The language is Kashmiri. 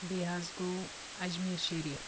بیٚیہِ حظ گوٚو اجمیٖر شریٖف